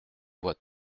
vois